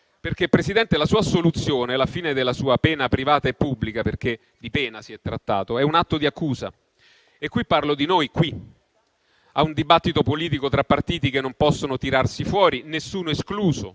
perché, Presidente, la sua assoluzione, alla fine della sua pena privata e pubblica (perché di pena si è trattato), è un atto di accusa. Parlo di noi qui, di un dibattito politico tra partiti che non possono tirarsi fuori e lo